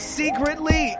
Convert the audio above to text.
secretly